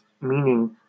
meaning